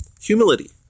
humility